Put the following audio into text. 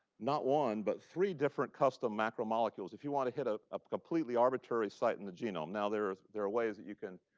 not one, but three different custom macromolecules if you want to hit ah a completely arbitrary site in the genome. now, there are there are ways that you can